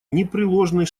непреложный